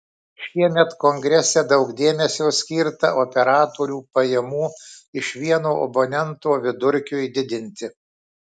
šiemet kongrese daug dėmesio skirta operatorių pajamų iš vieno abonento vidurkiui didinti